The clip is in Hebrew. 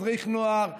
מדריך נוער,